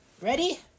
Ready